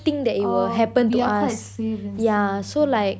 orh we are quite safe in singapore